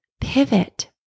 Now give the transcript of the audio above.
pivot